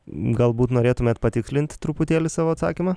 galbūt norėtumėt patikslint truputėlį savo atsakymą